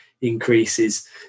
increases